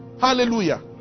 Hallelujah